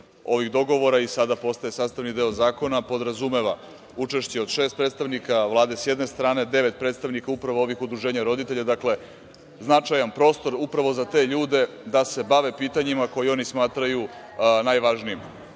ovih dogovora i sada postaje sastavni deo zakona podrazumeva učešće od šest predstavnika Vlade s jedne strane, devet predstavnika upravo ovih udruženja roditelja, dakle značajan prostor upravo za te ljude da se bave pitanjima koji oni smatraju najvažnijim. Siguran